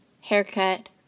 Haircut